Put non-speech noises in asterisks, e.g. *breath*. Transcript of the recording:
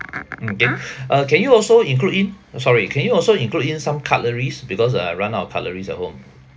mm can *breath* uh can you also include in sorry can you also include in some cutleries because uh I run out of cutleries at home